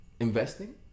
Investing